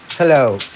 Hello